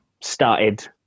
started